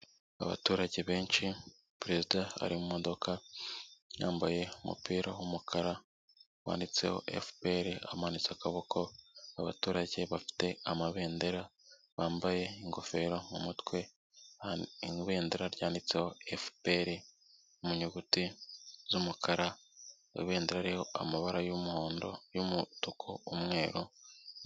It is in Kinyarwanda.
Abaturage benshi, perezida ari mu modoka, yambaye umupira w'umukara wanditseho FPR, amanitse akaboko, abaturage bafite amabendera, bambaye ingofero mu mutwe, ibendera ryanditseho FPR mu nyuguti z'umukara, ibendera ririho amabara y'umuhondo, y'umutuku, umweru...